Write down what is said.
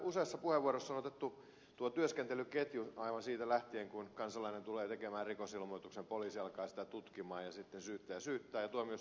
useassa puheenvuorossa on otettu esille työskentelyketju aivan siitä lähtien kun kansalainen tulee tekemään rikosilmoituksen poliisi alkaa sitä tutkia ja sitten syyttäjä syyttää ja tuomioistuin tuomitsee